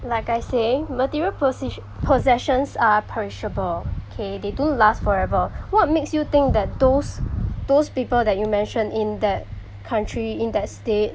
like I say material posi~ possessions are perishable okay they don't last forever what makes you think that those those people that you mentioned in that country in that state